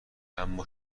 اما